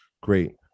Great